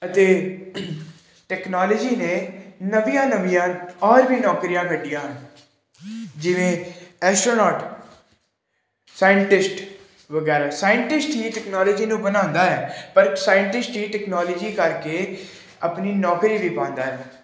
ਅਤੇ ਟੈਕਨੋਲੋਜੀ ਨੇ ਨਵੀਆਂ ਨਵੀਆਂ ਔਰ ਵੀ ਨੌਕਰੀਆਂ ਕੱਢੀਆਂ ਜਿਵੇਂ ਐਸ਼ੋਨੋਟ ਸਾਇੰਟਿਸਟ ਵਗੈਰਾ ਸਾਇੰਟਿਸਟ ਹੀ ਟੈਕਨੋਲੋਜੀ ਨੂੰ ਬਣਾਉਂਦਾ ਹੈ ਪਰ ਸਾਇੰਟਿਸਟ ਹੀ ਟੈਕਨੋਲੋਜੀ ਕਰ ਕੇ ਆਪਣੀ ਨੌਕਰੀ ਵੀ ਪਾਉਂਦਾ ਹੈ